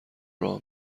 راه